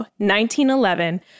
1911